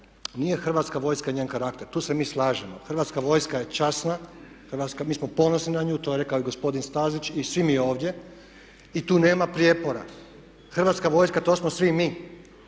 nije Hrvatska vojska i njen karakter. Tu se mi slažemo. Hrvatska vojska je časna, mi smo ponosni na nju to je rekao i gospodin Stazić i svi mi ovdje i tu nema prijepora. Hrvatska vojska to smo svi mi